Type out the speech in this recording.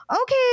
okay